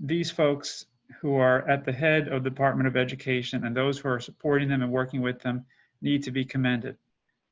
these folks who are at the head of the department of education and those who are supporting them and working with them needs to be commended. jonathan peri